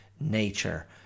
nature